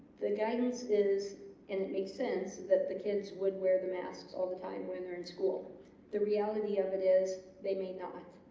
the guidance is and it makes sense that the kids would wear the masks all the time when they're in school the reality of it is they may not